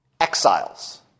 exiles